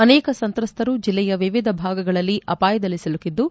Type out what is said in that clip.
ಅನೇಕ ಸಂತ್ರಸ್ವರು ಜಿಲ್ಲೆಯ ವಿವಿಧ ಭಾಗಗಳಲ್ಲಿ ಅಪಾಯದಲ್ಲಿ ಸಿಲುಕಿದ್ದು